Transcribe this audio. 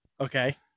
Okay